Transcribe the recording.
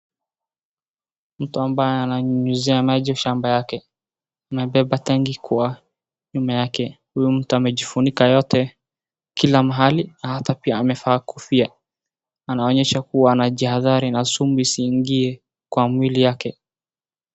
Mtu ambaye ananyunyuzia maji shamba yake, anabeba tanki kwa nyuma yake. Huyu mtu amejifunika yote kila mahali hata pia amevaa kofia. Anaonyesha kuwa anajihadhari na sumu isiingie kwa mwili yake.